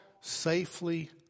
safely